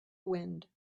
wind